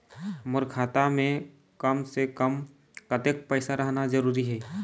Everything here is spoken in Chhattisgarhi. मोर खाता मे कम से से कम कतेक पैसा रहना जरूरी हे?